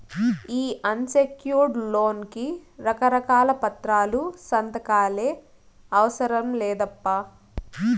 ఈ unsecured loan కి రకారకాల పత్రాలు, సంతకాలే అవసరం లేదప్పా